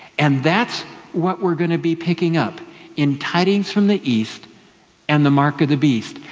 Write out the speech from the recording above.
and that's what we're gonna be picking up in tidings from the east and the mark of the beast.